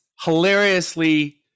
hilariously